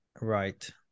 right